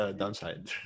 downside